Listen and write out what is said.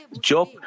Job